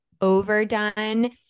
overdone